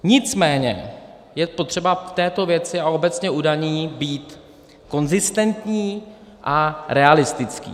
Nicméně je potřeba v této věci, a obecně u daní, být konzistentní a realistický.